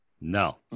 No